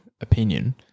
opinion